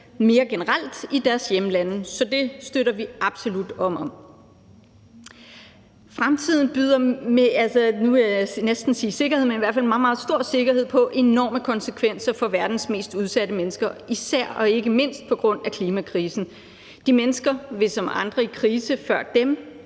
mere generelt i deres hjemlande. Så det støtter vi absolut op om. Fremtiden byder med meget, meget stor sikkerhed på enorme konsekvenser for verdens mest udsatte mennesker, især og ikke mindst på grund af klimakrisen. De mennesker vil som andre i krise før dem